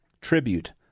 Tribute